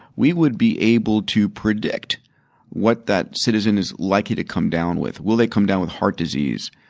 we would be able to predict what that citizen is likely to come down with. will they come down with heart disease?